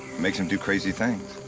makes em do crazy things.